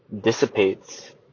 dissipates